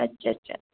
अच्छा अच्छा